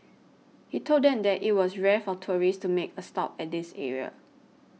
he told them that it was rare for tourists to make a stop at this area